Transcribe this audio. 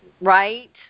right